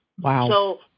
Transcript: Wow